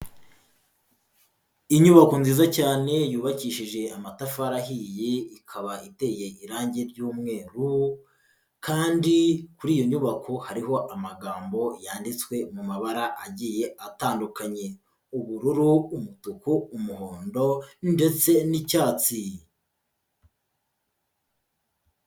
Inyubako nziza cyane yubakishije amatafari ahiye, ikaba iteye irangi ry'umweru, kandi kuri iyo nyubako hariho amagambo yanditswe mu mabara agiye atandukanye: ubururu, umutuku, umuhondo ndetse n'icyatsi.